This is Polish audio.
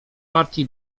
partii